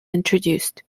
introduced